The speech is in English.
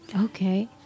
okay